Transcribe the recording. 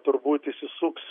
turbūt įsisuks